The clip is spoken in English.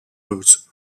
routes